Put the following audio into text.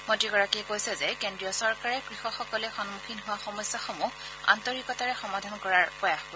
মন্ত্ৰীগৰাকীয়ে কৈছে যে কেন্দ্ৰীয় চৰকাৰে কৃষকসকলে সন্মুখীন হোৱা সমস্যাসমূহ আন্তৰিকতাৰে সমাধান কৰাৰ প্ৰয়াস কৰিব